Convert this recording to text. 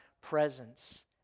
presence